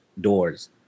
doors